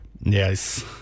Yes